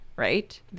right